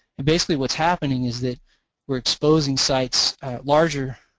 and basically what's happening is that we're exposing sites larger,